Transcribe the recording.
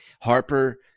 Harper